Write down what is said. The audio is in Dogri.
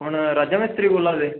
कुन्न राजा मिस्त्री बोल्ला दे